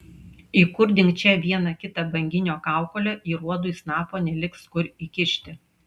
įkurdink čia vieną kitą banginio kaukolę ir uodui snapo neliks kur įkišti